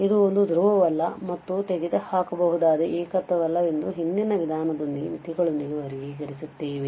ಇದು ಒಂದು ಧ್ರುವವಲ್ಲ ಮತ್ತು ತೆಗೆದುಹಾಕಬಹುದಾದ ಏಕತ್ವ ವಲ್ಲವೆಂದು ಹಿಂದಿನ ವಿಧಾನದೊಂದಿಗೆ ಮಿತಿಗಳೊಂದಿಗೆ ವರ್ಗೀಕರಿಸುತ್ತೇವೆ